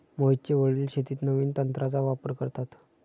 मोहितचे वडील शेतीत नवीन तंत्राचा वापर करतात